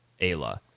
Ayla